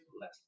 less